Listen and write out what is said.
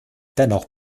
dennoch